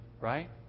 right